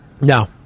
No